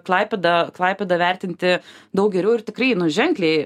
klaipėdą klaipėdą vertinti daug geriau ir tikrai ženkliai